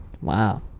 Wow